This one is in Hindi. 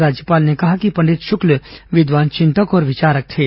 राज्यपाल ने कहा कि पंडित शुक्ल विद्वान चिंतक और विचारक थे